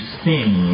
sing